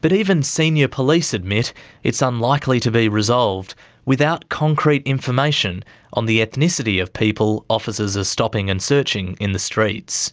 but even senior police admit it's unlikely to be resolved without concrete information on the ethnicity of people officers are stopping and searching in the streets.